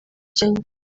kenya